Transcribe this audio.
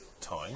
time